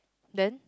then